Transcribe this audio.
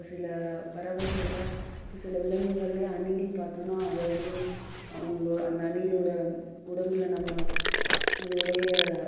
இப்போ சில பறவைகளில் இப்போ சில விலங்குகள்ல அணில் பார்த்தோன்னா அதை வந்து அவங்களோ அந்த அணிலோட உடம்பில் நம்ம அதோடைய